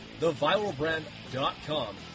theviralbrand.com